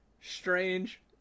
strange